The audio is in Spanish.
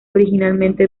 originalmente